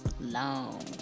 Long